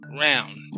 round